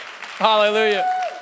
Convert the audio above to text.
Hallelujah